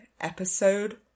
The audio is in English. episode